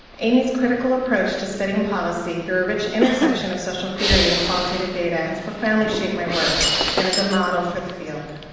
amy's critical approach to studying policy through a rich intersection of social theory and qualitative data has profoundly shaped my work and is a model for the field.